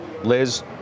Liz